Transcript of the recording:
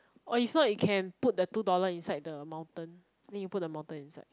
oh is not you can put the two dollar inside the mountain then you put the mountain inside